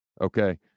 okay